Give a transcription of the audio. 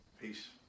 Peace